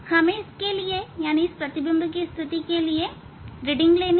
हमें प्रतिबिंब की स्थिति के लिए रीडिंग लेनी हैं